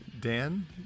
Dan